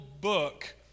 book